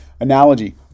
analogy